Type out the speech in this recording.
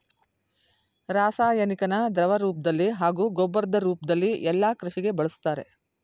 ರಾಸಾಯನಿಕನ ದ್ರವರೂಪ್ದಲ್ಲಿ ಹಾಗೂ ಗೊಬ್ಬರದ್ ರೂಪ್ದಲ್ಲಿ ಯಲ್ಲಾ ಕೃಷಿಗೆ ಬಳುಸ್ತಾರೆ